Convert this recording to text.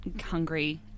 hungry